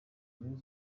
rayon